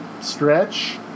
stretch